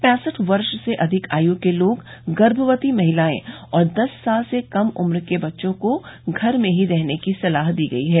पैंसठ वर्ष से अधिक आय के लोग गर्मवती महिलाए और दस साल से कम उम्र के बच्चों को घर में ही रहने की सलाह दी गई है